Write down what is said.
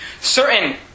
Certain